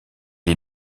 est